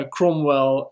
Cromwell